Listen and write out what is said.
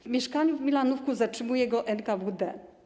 W mieszkaniu w Milanówku zatrzymuje go NKWD.